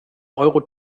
euro